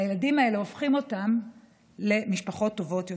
הילדים האלה הופכים אותן למשפחות טובות יותר.